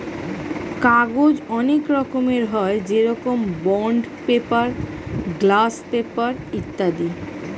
কাগজ অনেক রকমের হয়, যেরকম বন্ড পেপার, গ্লাস পেপার ইত্যাদি